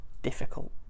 difficult